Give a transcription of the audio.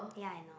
ya I know